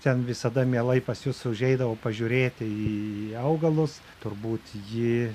ten visada mielai pas jus užeidavau pažiūrėti į augalus turbūt ji